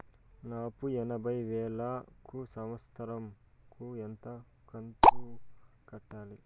నా అప్పు యాభై వేలు కు సంవత్సరం కు ఎంత కంతు కట్టాలి?